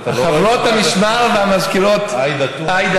מה, אתה לא רואה את חברת הכנסת עאידה תומא סלימאן?